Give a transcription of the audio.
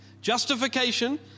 Justification